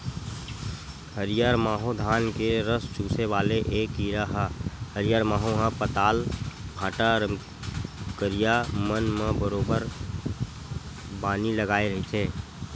हरियर माहो धान के रस चूसे वाले ऐ कीरा ह हरियर माहो ह पताल, भांटा, रमकरिया मन म बरोबर बानी लगाय रहिथे